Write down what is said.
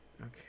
Okay